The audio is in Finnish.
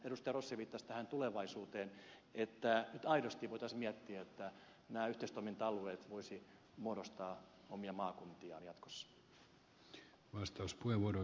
rossi viittasi tähän tulevaisuuteen että nyt aidosti voitaisiin miettiä että nämä yhteistoiminta alueet voisivat muodostaa omia maakuntiaan jatkossa